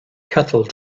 kettle